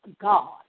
God